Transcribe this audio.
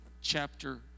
chapter